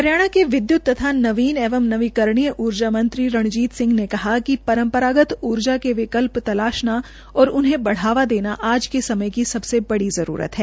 हरियाणा के विध्यत तथा नवीन एवं नवीकरणीय ऊर्जा मंत्री रणजीत सिह ने कहा कि परम्परागत ऊर्जा के विकल्प तलाशना और उन्हें बढ़ावा देने आज के समय की सबसे बड़ी जरूरत है